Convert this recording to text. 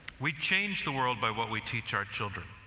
we change the world by what we teach our children.